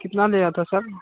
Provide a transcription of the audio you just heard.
कितना दे रहा था सर